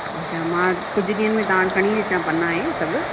अच्छा मां कुझु ॾींहंनि में तां वटि खणी थी अचा पना इहे सभु